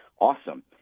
awesome